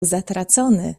zatracony